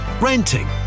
renting